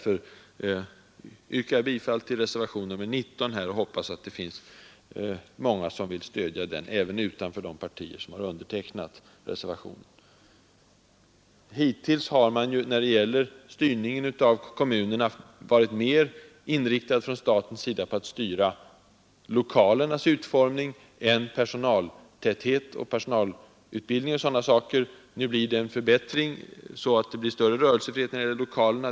Jag yrkar bifall till reservationen 19 och hoppas att det finns många som vill stödja den, även utanför de partier som har undertecknat reservationen. Hittills har man, när det gäller styrningen av kommunerna, varit mer inriktad från statens sida på att styra lokalernas utformning än personaltäthet, personalutbildning och sådana saker. Nu blir det en förbättring genom större rörelsefrihet när det gäller lokalerna.